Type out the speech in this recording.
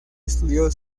estudió